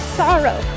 sorrow